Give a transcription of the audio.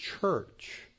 church